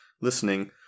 listening